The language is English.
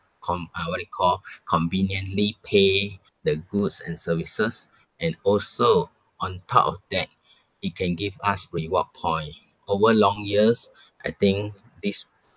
compile what it call conveniently pay the goods and services and also on top of that it can give us reward point over long years I think this